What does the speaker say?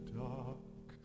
dark